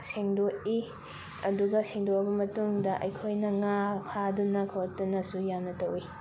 ꯁꯦꯡꯗꯣꯛꯏ ꯑꯗꯨꯒ ꯁꯦꯡꯗꯣꯛꯑꯕ ꯃꯇꯨꯡꯗ ꯑꯩꯈꯣꯏꯅ ꯉꯥ ꯐꯥꯗꯨꯅ ꯈꯣꯠꯇꯨꯅꯁꯨ ꯌꯥꯝꯅ ꯇꯧꯏ